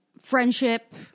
friendship